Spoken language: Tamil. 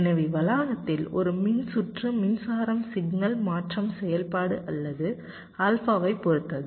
எனவே வளாகத்தில் ஒரு மின்சுற்று மின்சாரம் சிக்னல் மாற்றம் செயல்பாடு அல்லது ஆல்பாவைப் பொறுத்தது